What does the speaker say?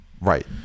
Right